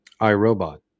iRobot